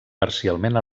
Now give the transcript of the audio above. parcialment